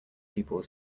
people